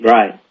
Right